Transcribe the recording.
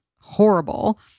horrible